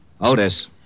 Otis